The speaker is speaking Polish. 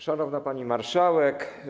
Szanowna Pani Marszałek!